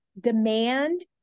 demand